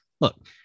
Look